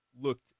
looked